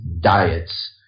diets